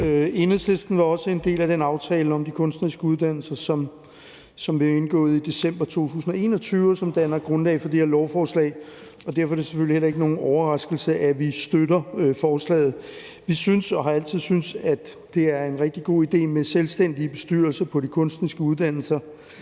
Enhedslisten var også en del af den aftale om de kunstneriske uddannelser, som blev indgået i december 2021, og som danner grundlag for det her lovforslag. Derfor er det selvfølgelig heller ikke nogen overraskelse, at vi støtter forslaget. Vi synes og har altid syntes, at det er en rigtig god idé med selvstændige bestyrelser på de kunstneriske uddannelser,